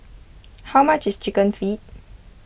how much is Chicken Feet